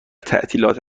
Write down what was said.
تعطیلات